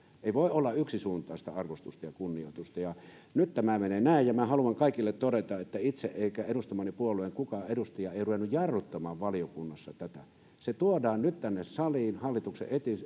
ei voi olla yksisuuntaista arvostusta ja kunnioitusta nyt nämä menee näin ja haluan kaikille todeta että en itse eikä edustamani puolueen kukaan edustaja ruvennut jarruttamaan valiokunnassa tätä se tuodaan nyt tänne saliin hallituksen